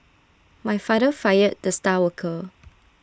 my father fired the star worker